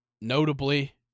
notably